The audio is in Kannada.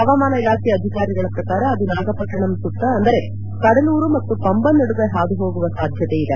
ಹವಾಮಾನ ಇಲಾಖೆ ಅಧಿಕಾರಿಗಳ ಪ್ರಕಾರ ಅದು ನಾಗಪಟ್ವಣಂ ಸುತ್ತ ಅಂದರೆ ಕಡಲೂರು ಮತ್ತು ಪಂಬನ್ ನಡುವೆ ಹಾದುಹೋಗುವ ಸಾಧ್ಯತೆ ಇದೆ